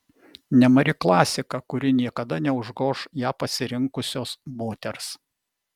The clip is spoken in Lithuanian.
nemari klasika kuri niekada neužgoš ją pasirinkusios moters